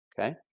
Okay